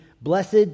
blessed